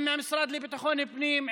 עם המשרד לביטחון הפנים,